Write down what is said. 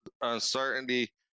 uncertainty